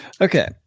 Okay